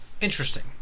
Interesting